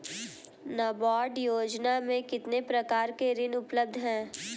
नाबार्ड योजना में कितने प्रकार के ऋण उपलब्ध हैं?